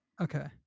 Okay